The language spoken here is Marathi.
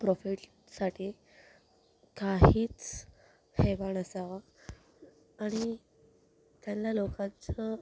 प्रॉफिटसाठी काहीच हेवा नसावा आणि त्यांना लोकांचं